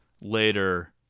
later